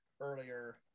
earlier